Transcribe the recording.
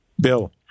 Bill